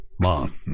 Mom